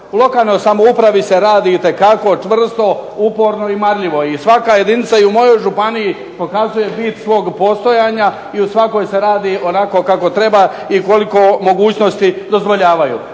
U lokalnoj samoupravi se radi itekako čvrsto, uporno i marljivo i svaka jedinica i u mojoj županiji pokazuje bit svog postojanja, i u svakoj se radi onako kako treba i koliko mogućnosti dozvoljavaju.